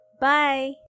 Bye